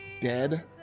dead